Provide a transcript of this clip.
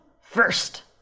first